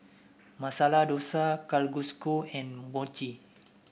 Masala Dosa Kalguksu and Mochi